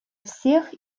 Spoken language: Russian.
всех